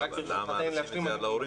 אבל למה לשים את זה על ההורים,